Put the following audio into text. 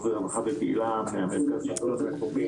ממרכז השלטון האזורי, לא המקומי.